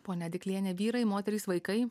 ponia adikliene vyrai moterys vaikai